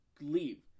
leave